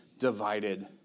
Divided